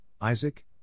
Isaac